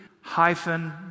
hyphen